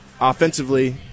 offensively